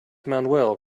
manuel